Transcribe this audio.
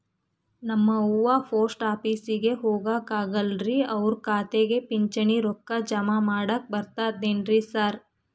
ನಮ್ ಅವ್ವ ಪೋಸ್ಟ್ ಆಫೇಸಿಗೆ ಹೋಗಾಕ ಆಗಲ್ರಿ ಅವ್ರ್ ಖಾತೆಗೆ ಪಿಂಚಣಿ ರೊಕ್ಕ ಜಮಾ ಮಾಡಾಕ ಬರ್ತಾದೇನ್ರಿ ಸಾರ್?